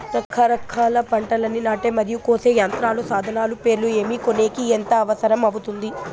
రకరకాల పంటలని నాటే మరియు కోసే యంత్రాలు, సాధనాలు పేర్లు ఏమి, కొనేకి ఎంత అవసరం అవుతుంది?